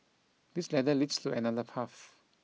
this ladder leads to another path